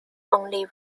only